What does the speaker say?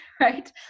right